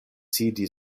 sidi